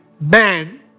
man